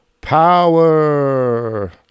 power